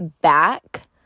back